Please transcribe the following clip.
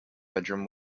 bedroom